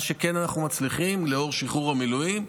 מה שכן אנחנו מצליחים, לאור שחרור המילואים,